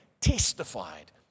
testified